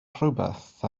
rhywbeth